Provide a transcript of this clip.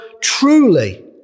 truly